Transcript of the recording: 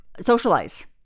socialize